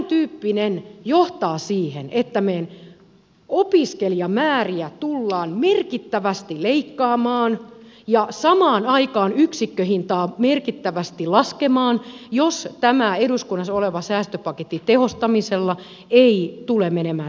tämäntyyppinen johtaa siihen että meidän opiskelijamääriämme tullaan merkittävästi leikkaamaan ja samaan aikaan yksikköhintaa merkittävästi laskemaan jos tämä eduskunnassa oleva säästöpaketin tehostaminen ei tule menemään täällä läpi